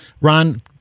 Ron